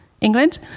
England